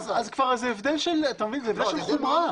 זה הבדל של חומרה.